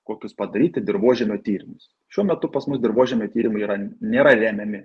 kokius padaryti dirvožemio tyrimus šiuo metu pas mus dirvožemio tyrimai yra nėra remiami